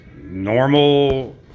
normal